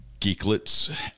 geeklets